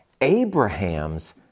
Abraham's